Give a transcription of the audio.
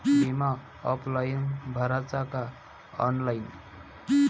बिमा ऑफलाईन भराचा का ऑनलाईन?